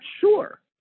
sure